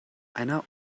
einer